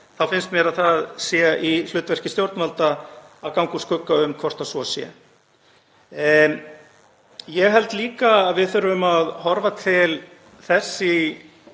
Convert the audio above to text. þá finnst mér að það sé hlutverk stjórnvalda að ganga úr skugga um hvort svo sé. Ég held líka að við þurfum að horfa til þess